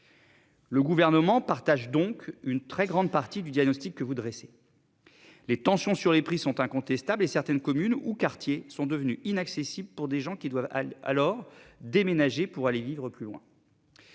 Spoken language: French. Le gouvernement partage donc une très grande partie du diagnostic que vous dressez. Les tensions sur les prix sont incontestables et certaines communes ou quartiers sont devenus inaccessibles pour des gens qui doivent alors déménager pour aller vivre plus loin.